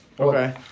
Okay